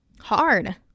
hard